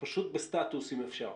פשוט בסטטוס אם אפשר.